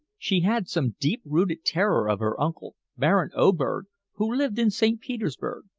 she had some deep-rooted terror of her uncle, baron oberg, who lived in st. petersburg,